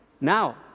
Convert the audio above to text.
Now